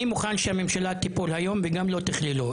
אני מוכן שהממשלה תיפול היום ושלא תכללו,